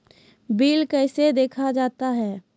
Bill कैसे देखा जाता हैं?